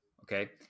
Okay